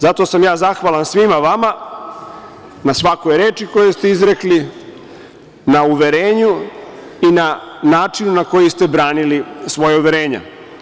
Zato sam ja zahvalan svima vama na svakoj reči koju ste izrekli, na uverenju i na načinu na koji ste branili svoja uverenja.